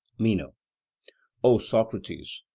meno o socrates,